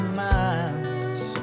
miles